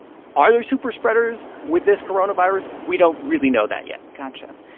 are there superspreaders with this coronavirus? we don't really know that yet gotcha.